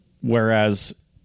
Whereas